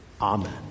Amen